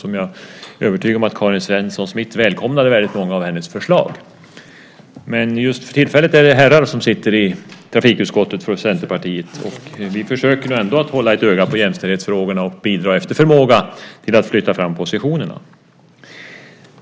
Jag är övertygad om att Karin Svensson Smith välkomnade många av hennes förslag. Just för tillfället är det herrar som sitter i trafikutskottet för Centerpartiet. Vi försöker ändå hålla ett öga på jämställdhetsfrågorna och bidra efter förmåga till att flytta fram positionerna.